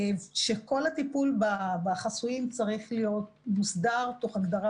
כל הטיפול בחסויים צריך להיות מוסדר תוך הגדרה